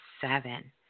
seven